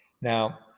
Now